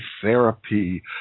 therapy